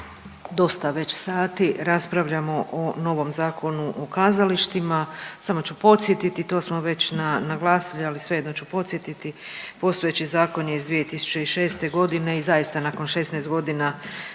dosta već sati raspravljamo o novom Zakonu o kazalištima. Samo ću podsjetiti, to smo već naglasili, ali svejedno ću podsjetiti, postojeći zakon je 2006.g. i zaista nakon 16 godina